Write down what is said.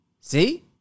see